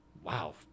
Wow